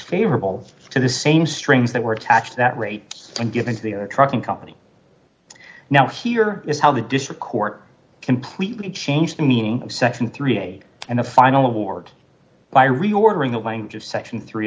favorable to the same strings that were attached that rate given to the trucking company now here is how the district court completely changed the meaning of section thirty eight and the final award by reordering the language of section three